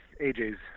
aj's